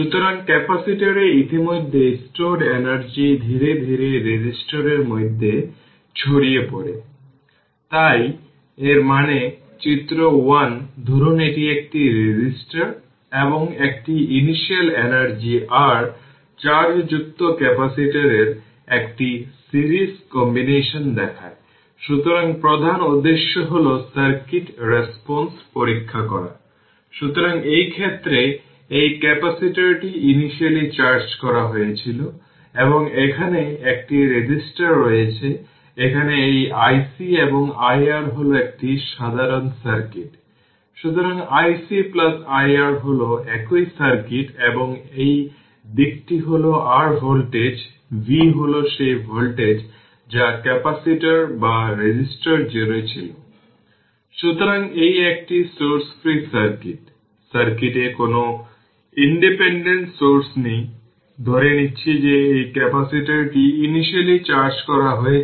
সুতরাং t τ vτ v0 e এর power 1 যা আমি বলেছি 0368 v0 হবে তার মানে এটি 0368 v0 সুতরাং এর মানে ইকুয়েশন 13 বলতে পারে যে একটি সার্কিটের টাইম কনস্ট্যান্ট হল ডিকে রেসপন্স এর জন্য প্রয়োজনীয় সময় তার ইনিশিয়াল ভ্যালু এর 368 শতাংশ